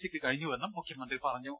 സിക്ക് കഴിഞ്ഞുവെന്നും മുഖ്യമന്ത്രി പറഞ്ഞു